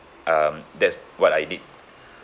um that's what I did